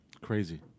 Crazy